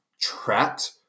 trapped